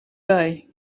bij